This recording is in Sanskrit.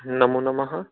नमो नमः